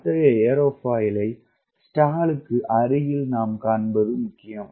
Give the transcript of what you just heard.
அத்தகைய ஏரோஃபாயிலை ஸ்டாலுக்கு அருகில் நாம் காண்பது முக்கியம்